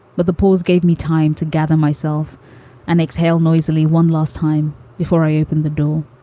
but the polls gave me time to gather myself and exhale noisily one last time before i opened the door